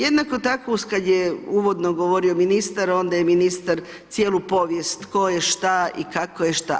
Jednako tako kada je uvodno govorio ministar, onda je ministar, cijelu povijest, tko je šta i kako je što.